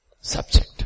Subject